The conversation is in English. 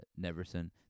Neverson